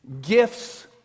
gifts